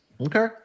Okay